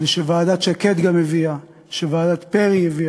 ושוועדת שקד הביאה, ושוועדת פרי הביאה,